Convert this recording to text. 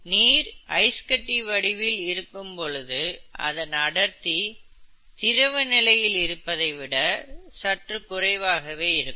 நீர் ஐஸ்கட்டி வடிவில் இருக்கும் பொழுது அதன் அடர்த்தி திரவ நிலையில் இருப்பதை விட குறைவாகவே இருக்கும்